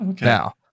Now